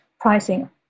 pricing